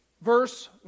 verse